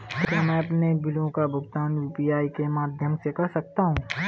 क्या मैं अपने बिलों का भुगतान यू.पी.आई के माध्यम से कर सकता हूँ?